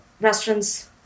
restaurants